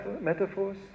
metaphors